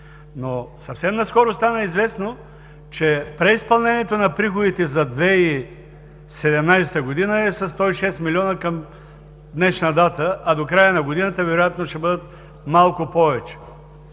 Съвсем наскоро стана известно, че преизпълнението на приходите за 2017 г. е със 106 милиона към днешна дата, а до края на годината вероятно ще бъдат малко повече,